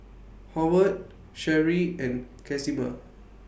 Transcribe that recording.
Howard Sherie and Casimer